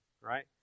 right